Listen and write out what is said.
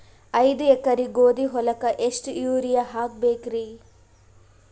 ಐದ ಎಕರಿ ಗೋಧಿ ಹೊಲಕ್ಕ ಎಷ್ಟ ಯೂರಿಯಹಾಕಬೆಕ್ರಿ?